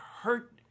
hurt